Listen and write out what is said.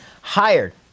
hired